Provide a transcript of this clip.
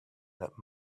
that